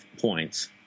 points